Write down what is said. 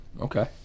Okay